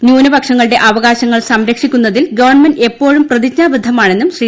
ന്യൂനപക്ഷങ്ങളുടെ അവകാശങ്ങൾ സംരക്ഷിക്കുന്നതിൽ ഗവൺമെന്റ് എപ്പോഴും പ്രതിജ്ഞാബദ്ധമാണെന്നും ശ്രീ